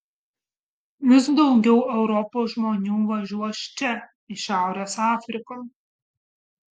vis daugiau europos žmonių važiuos čia į šiaurės afriką